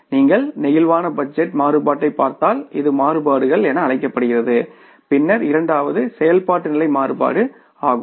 நீங்கள் flexible budget மாறுபாட்டைப் பார்த்தால் இது மாறுபாடுகள் என அழைக்கப்படுகிறது பின்னர் இரண்டாவது செயல்பாட்டு நிலை மாறுபாடு ஆகும்